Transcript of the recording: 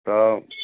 तब